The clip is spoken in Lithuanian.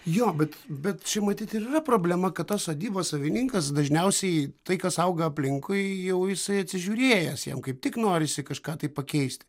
jo bet bet čia matyt ir yra problema kad tos sodybos savininkas dažniausiai tai kas auga aplinkui jau jisai atsižiūrėjęs jiem kaip tik norisi kažką tai pakeist